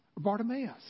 Bartimaeus